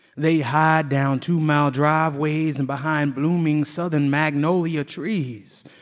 they hide down two-mile driveways and behind blooming southern magnolia trees.